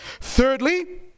Thirdly